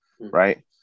right